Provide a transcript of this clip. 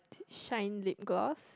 shine lip gloss